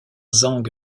zhang